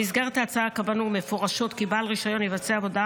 במסגרת ההצעה קבענו מפורשות כי בעל רישיון יבצע עבודה